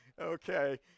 Okay